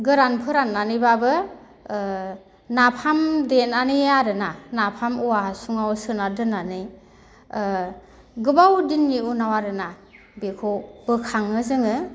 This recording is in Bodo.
गोरान फोराननानैब्लाबो ओ नाफाम देनानै आरोना नाफाम औवा हासुङाव सोना दोननानै ओ गोबाव दिननि उनाव आरोना बेखौ बोखाङो जोङो